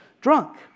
drunk